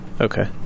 okay